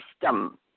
system